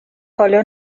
حالا